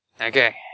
Okay